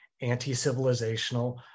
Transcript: anti-civilizational